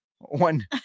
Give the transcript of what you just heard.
One